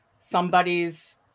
somebody's